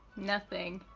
nothing,